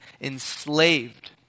enslaved